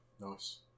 Nice